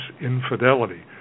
infidelity